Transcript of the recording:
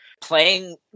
playing